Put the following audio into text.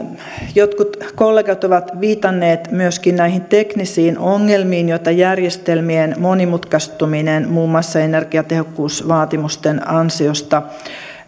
jotkut kollegat ovat viitanneet myöskin näihin teknisiin ongelmiin joita järjestelmien monimutkaistuminen muun muassa energiatehokkuusvaatimusten ansiosta